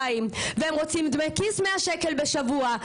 והם רוצים דמי כיס 100 שקל בשבוע,